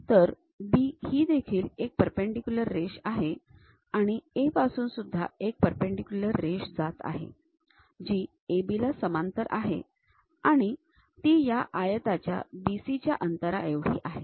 तर B ही देखील एक परपेंडीक्युलर रेष आहे आणि A पासून सुद्धा एक परपेंडीक्युलर रेष जात आहे जी AB ला समांतर आहे आणि ती या आयताच्या BC च्या अंतराएवढी आहे